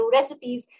Recipes